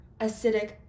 acidic